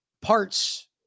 parts